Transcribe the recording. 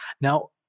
Now